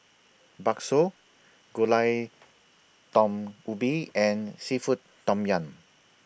Bakso Gulai Daun Ubi and Seafood Tom Yum